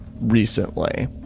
recently